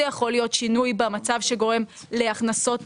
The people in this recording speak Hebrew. זה יכול להיות שינוי במצב שגורם להכנסות